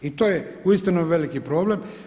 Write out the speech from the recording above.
I to je uistinu veliki problem.